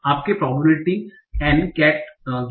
तो आपको probability N